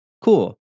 cool